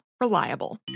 Reliable